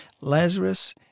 Lazarus